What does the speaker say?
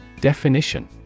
Definition